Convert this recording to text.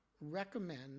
recommend